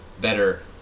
better